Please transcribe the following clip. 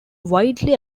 widely